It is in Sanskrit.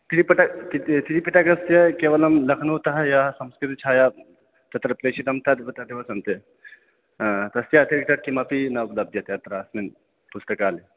त्रिपिट त्रिपिटकस्य केवलं लख्नौतः यः संस्कृतछाया तत्र प्रेषितं तत् तदेव सन्ति तस्य अतिरीक्तं किमपि न लभ्यते अत्र अस्मिन् पुस्तकालये